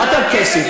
קיבלת כסף,